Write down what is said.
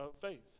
faith